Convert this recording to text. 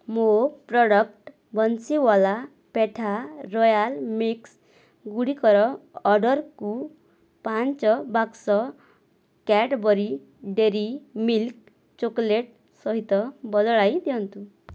ମୋ product Bansiwala petha royal mix ଗୁଡ଼ିକର ଅର୍ଡ଼ର୍କୁ ପାଞ୍ଚ ବାକ୍ସ କ୍ୟାଡ଼୍ବରି ଡେରୀ ମିଲ୍କ୍ ଚକୋଲେଟ୍ ସହିତ ବଦଳାଇ ଦିଅନ୍ତୁ